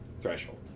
threshold